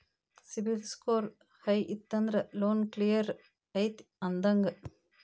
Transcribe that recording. CIBIL score high ಇತ್ತಂದ್ರ loan clear ಐತಿ ಅಂದಂಗ